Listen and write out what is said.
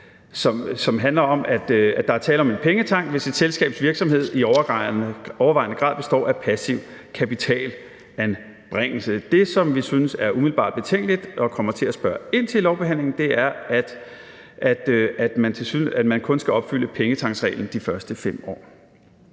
som handler om, at der er tale om en pengetank, hvis et selskabs virksomhed i overvejende grad består af passiv kapitalanbringelse. Det, som vi synes er umiddelbart betænkeligt, og som vi kommer til at spørge ind til i lovbehandlingen, er, at man kun skal opfylde pengetanksreglen de første 5 år.